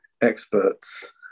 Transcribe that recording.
experts